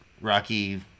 rocky